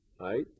right